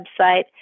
website